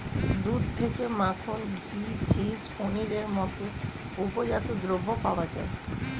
দুধ থেকে মাখন, ঘি, চিজ, পনিরের মতো উপজাত দ্রব্য পাওয়া যায়